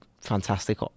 fantastic